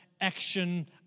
action